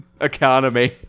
economy